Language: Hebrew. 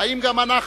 האם גם אנחנו,